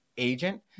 Agent